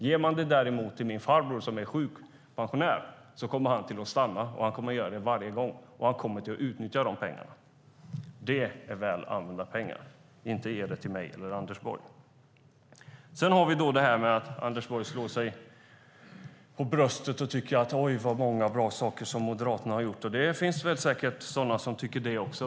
Ger man dem däremot till min farbror som är sjukpensionär kommer han att stanna varje gång och utnyttja dessa pengar. Det är väl använda pengar, inte att ge dem till mig eller Anders Borg. Anders Borg slår sig för bröstet och tycker att Moderaterna har gjort många bra saker, och det finns säkert fler som tycker det.